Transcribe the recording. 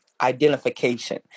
identification